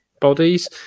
bodies